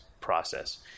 process